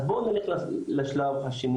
אז בואו נלך לשלב השני